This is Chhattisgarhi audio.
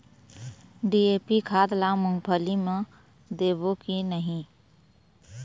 डी.ए.पी खाद ला मुंगफली मे देबो की नहीं?